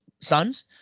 sons